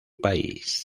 país